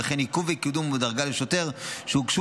וכן עיכוב בקידום או בדרגה לשוטר שהוגשו